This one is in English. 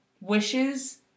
wishes